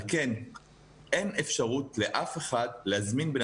על כן אין אפשרות לאף אחד להזמין בן